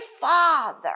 Father